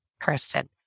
Kristen